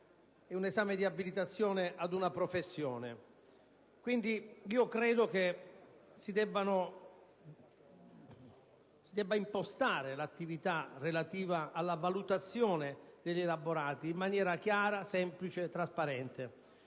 di un esame di abilitazione ad una professione. Penso quindi che si debba impostare l'attività di valutazione degli elaborati in maniera chiara, semplice e trasparente.